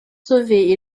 sauvée